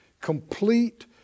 complete